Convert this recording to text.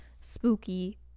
spooky